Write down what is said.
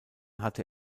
hatte